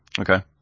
Okay